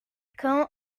quand